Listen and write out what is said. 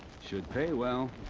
should pay well.